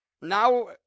Now